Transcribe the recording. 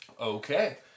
okay